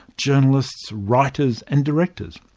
journalists, writers and directors.